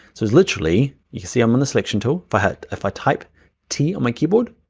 so literally, you can see i'm on the selection tool, but if i type t on my keyboard,